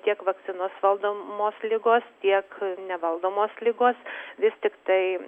tiek vakcinos valdomos ligos tiek nevaldomos ligos vis tiktai